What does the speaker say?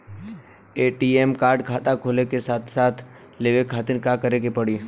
ATM card खाता खुले के साथे साथ लेवे खातिर का करे के पड़ी?